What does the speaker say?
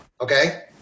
Okay